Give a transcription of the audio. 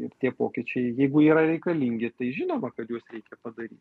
ir tie pokyčiai jeigu yra reikalingi tai žinoma kad juos reikia padaryt